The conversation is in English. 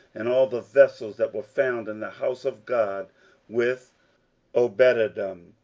and all the vessels that were found in the house of god with obededom,